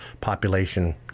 population